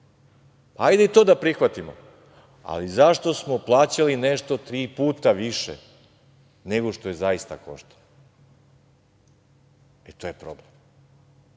Hajde i to da prihvatimo, ali zašto smo plaćali nešto tri puta više nego što je zaista koštalo? E, to je problem. Uveren